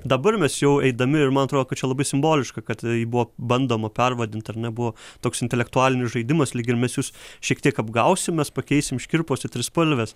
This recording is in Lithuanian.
dabar mes jau eidami ir man atrodo kad čia labai simboliška kad buvo bandoma pervadint ar ne buvo toks intelektualinis žaidimas lyg ir mes jus šiek tiek apgausim mes pakeisim škirpos į trispalvės